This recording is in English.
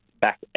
back